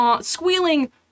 squealing